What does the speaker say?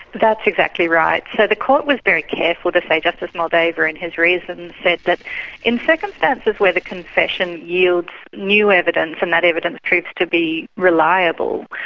that's exactly right. so the court was very careful to say, justice moldaver in his reasons said that in circumstances where the confession yields new evidence and that evidence proves to be reliable,